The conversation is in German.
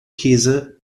käse